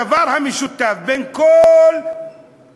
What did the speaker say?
זה הדבר המשותף לכולם,